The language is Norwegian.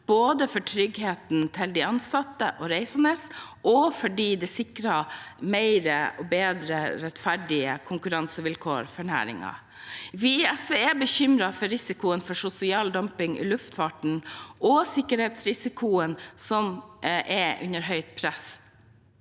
både av hensyn til de ansatte og reisende og fordi det sikrer mer rettferdige konkurransevilkår for næringen. Vi i SV er bekymret for risikoen for sosial dumping i luftfarten, og for sikkerhetsrisikoen som et høyt press